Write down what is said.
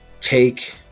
take